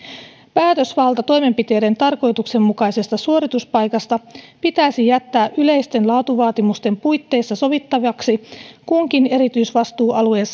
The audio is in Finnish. päätösvalta toimenpiteiden tarkoituksenmukaisesta suorituspaikasta pitäisi jättää yleisten laatuvaatimusten puitteissa sovittavaksi kunkin erityisvastuualueen